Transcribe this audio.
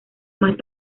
más